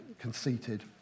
conceited